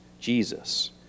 Jesus